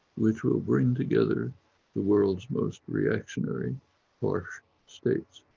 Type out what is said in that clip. which will bring together the world's most reactionary harsh states.